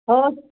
ਹੋਰ